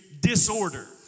disorder